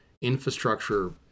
infrastructure